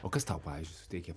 o kas tau pavyzdžiui suteikia